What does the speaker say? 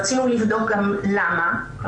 רצינו לבדוק גם למה.